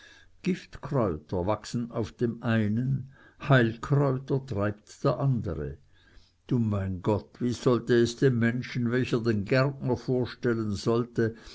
giftkräuter wachsen auf dem einen heilkräuter treibt der andere du mein gott wie sollte es dem menschen welcher den gärtner vorstellen sollte